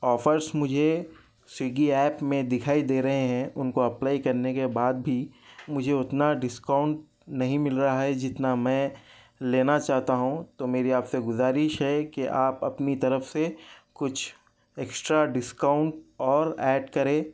offers مجھے Swiggy app میں دکھائی دے رہے ہیں ان کو اپلائی کرنے کے بعد بھی مجھے اتنا ڈسکاؤنٹ نہیں مل رہا ہے جتنا میں لینا چاہتا ہوں تو میری آپ سے گزارش ہے کہ آپ اپنی طرف سے کچھ ایکسٹرا ڈسکاؤنٹ اور ایڈ کرے